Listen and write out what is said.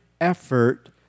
effort